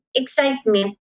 excitement